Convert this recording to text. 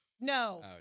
No